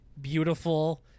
beautiful